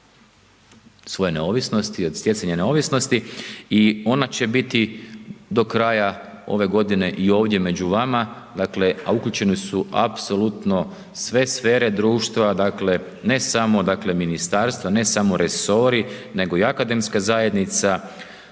svoje neovisnosti, od stjecanja neovisnosti i ona će biti do kraja ove godine i ovdje među vama a uključene su apsolutno sve sfere društva, dakle ne samo ministarstva, ne samo resori nego i akademska zajednica,